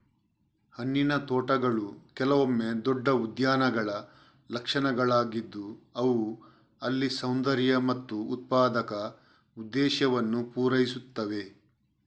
ಹಣ್ಣಿನ ತೋಟಗಳು ಕೆಲವೊಮ್ಮೆ ದೊಡ್ಡ ಉದ್ಯಾನಗಳ ಲಕ್ಷಣಗಳಾಗಿದ್ದು ಅವು ಅಲ್ಲಿ ಸೌಂದರ್ಯ ಮತ್ತು ಉತ್ಪಾದಕ ಉದ್ದೇಶವನ್ನು ಪೂರೈಸುತ್ತವೆ